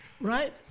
right